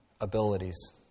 abilities